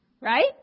Right